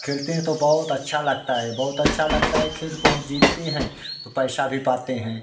खेलते हैं तो बहुत अच्छा लगता है बहुत अच्छा लगता है खेल को जीतते हैं तो पैसा भी पाते हैं